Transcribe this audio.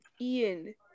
Ian